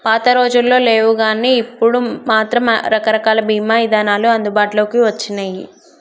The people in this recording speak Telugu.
పాతరోజుల్లో లేవుగానీ ఇప్పుడు మాత్రం రకరకాల బీమా ఇదానాలు అందుబాటులోకి వచ్చినియ్యి